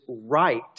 right